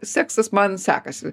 seksas man sekasi